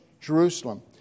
Jerusalem